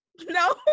no